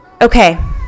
Okay